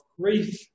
grief